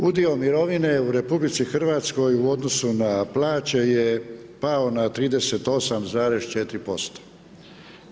Udio mirovine u RH, u odnosu na plaće je pao na 38,4%